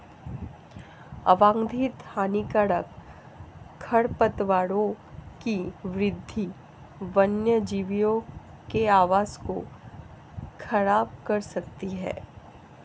अवांछित हानिकारक खरपतवारों की वृद्धि वन्यजीवों के आवास को ख़राब कर सकती है